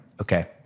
okay